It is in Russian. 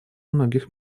многих